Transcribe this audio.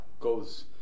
goes